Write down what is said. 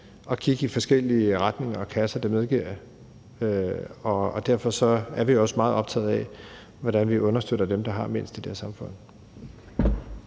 at kigge i forskellige retninger og kasser. Det medgiver jeg, og derfor er vi også meget optagede af, hvordan vi understøtter dem, der har mindst i det her samfund.